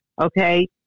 okay